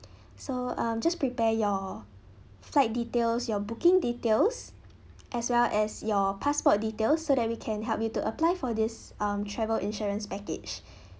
so um just prepare your flight details your booking details as well as your passport details so that we can help you to apply for this um travel insurance package